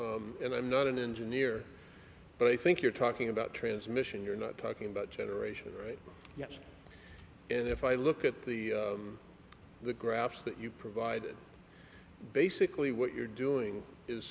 and i'm not an engineer but i think you're talking about transmission you're not talking about generation right yes and if i look at the the graphs that you provided basically what you're doing is